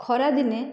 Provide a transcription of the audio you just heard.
ଖରା ଦିନେ